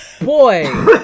Boy